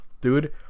dude